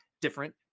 different